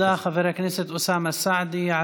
תודה, חבר הכנסת אוסאמה סעדי.